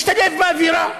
משתלב באווירה.